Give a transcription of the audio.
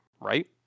right